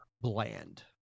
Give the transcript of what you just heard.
bland